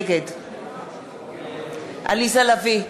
נגד עליזה לביא,